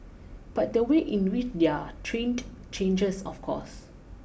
but the way in which they're trained changes of course